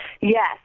Yes